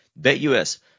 BetUS